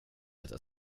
ett